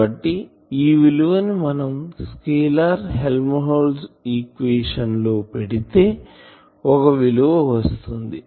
కాబట్టి ఈ విలువ ని మనం స్కేలార్ హెల్మ్హోల్ట్జ్ ఈక్వేషన్ లో పెడితే ఒక విలువ వస్తుంది